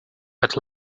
but